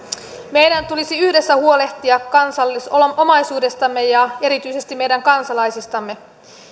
meidän tulisi yhdessä huolehtia kansallisomaisuudestamme ja erityisesti meidän kansalaisistamme